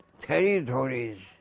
territories